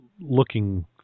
looking